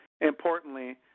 Importantly